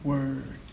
Word